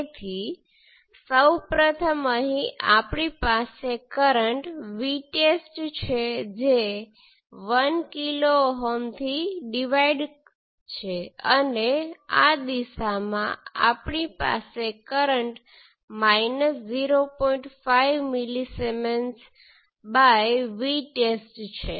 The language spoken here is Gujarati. તેથી હવે આ 1 કિલો Ω રેઝિસ્ટર દ્વારા કરંટ આ રીતે તે શૂન્ય છે અને આ વર્ટિકલ 1 કિલો Ω રેઝિસ્ટર મારફતે I2 છે